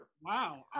Wow